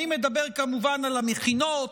אני מדבר כמובן על המכינות,